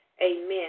amen